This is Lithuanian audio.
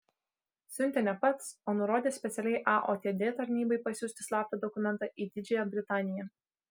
siuntė ne pats o nurodė specialiai aotd tarnybai pasiųsti slaptą dokumentą į didžiąją britaniją